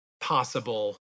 possible